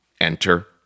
Enter